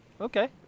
Okay